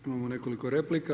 Imamo nekoliko replika.